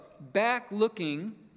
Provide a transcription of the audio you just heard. back-looking